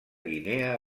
guinea